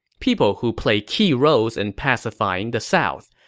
people who played key roles in pacifying the south.